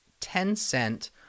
Tencent